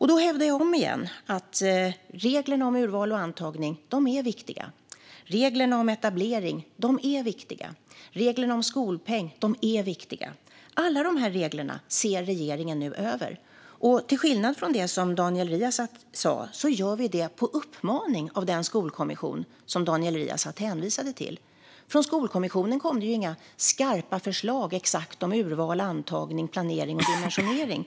Jag hävdar om igen att reglerna om urval och antagning är viktiga. Reglerna om etablering är viktiga. Reglerna om skolpeng är viktiga. Alla de reglerna ser regeringen nu över. Till skillnad från vad Daniel Riazat sa gör vi det på uppmaning av den skolkommission som Daniel Riazat hänvisade till. Från Skolkommissionen kom inga skarpa förslag om urval, antagning, planering eller dimensionering.